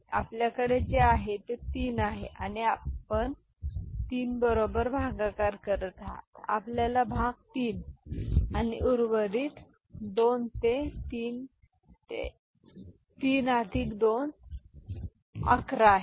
तर आपल्याकडे जे आहे ते 3 आहे आणि आपण 3 बरोबर भागाकार करत आहात आपल्याला भाग 3 आणि उर्वरित 2 ते 3 ते 3 अधिक 2 ते 11 आहे ते ठीक आहे